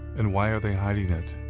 and why are they hiding it?